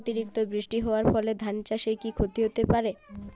অতিরিক্ত বৃষ্টি হওয়ার ফলে ধান চাষে কি ক্ষতি হতে পারে?